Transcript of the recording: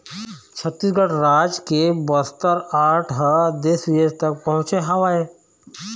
छत्तीसगढ़ राज के बस्तर आर्ट ह देश बिदेश तक पहुँचे हवय